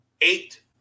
eight